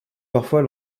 parfois